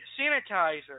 sanitizer